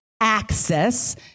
access